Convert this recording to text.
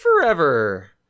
forever